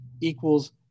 equals